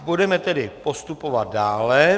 Budeme tedy postupovat dále.